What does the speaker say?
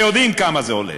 ויודעים כמה זה עולה.